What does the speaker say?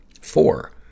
Four